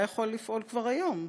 היה יכול לפעול כבר היום,